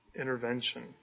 Intervention